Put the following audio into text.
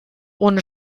ohne